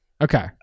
Okay